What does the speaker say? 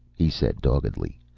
he said doggedly.